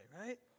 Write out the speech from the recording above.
right